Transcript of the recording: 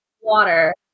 water